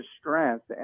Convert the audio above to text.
strength